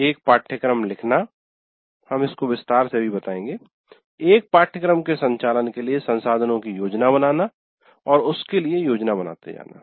एक पाठ्यक्रम लिखना हम इसको विस्तार से अभी बताएँगे एक पाठ्यक्रम के संचालन के लिए संसाधनों की योजना बनाना और उसके लिए योजना बनाना